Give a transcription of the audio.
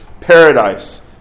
paradise